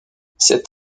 cet